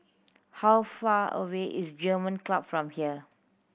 how far away is German Club from here